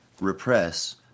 repress